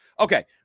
Okay